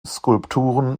skulpturen